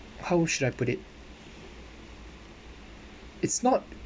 how should I put it it's not